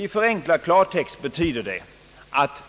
I förenklad klartext betyder det att